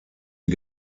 die